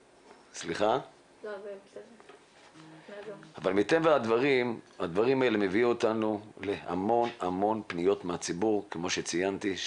אבל מטבע הדברים זה מביא אותנו להמון המון פניות מהציבור כמו שציינתי,